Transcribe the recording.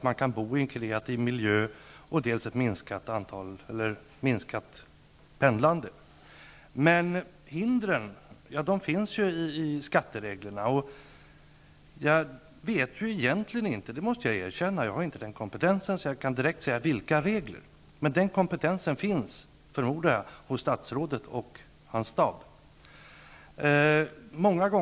Man kan arbeta i en kreativ miljö, och det medför ett minskat pendlande. Hindren finns i skattereglerna. Jag måste erkänna att jag inte har den kompetensen att jag kan säga vilka regler som gäller. Men den kompetensen finns, förmodar jag, hos statsrådet och hans stab.